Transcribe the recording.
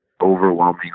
overwhelming